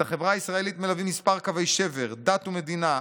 את החברה הישראלית מלווים כמה קווי שבר: דת ומדינה,